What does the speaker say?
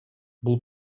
бул